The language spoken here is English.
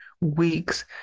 weeks